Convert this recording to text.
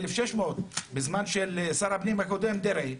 או 1,600 בזמן של שר הפנים הקודם דרעי,